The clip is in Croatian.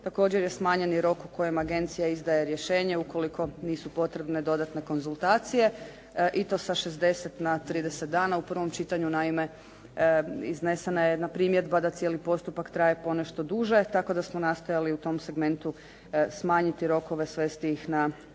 Također je smanjen i rok u kojem agencija izdaje rješenje ukoliko nisu potrebne dodatne konzultacije i to sa 60 na 30 dana u prvom čitanju. Naime iznesena je jedna primjedba da cijeli postupak traje ponešto duže tako da smo nastojali u tom segmentu smanjiti rokove, svesti ih na